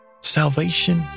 Salvation